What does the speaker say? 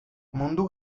mundu